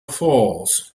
falls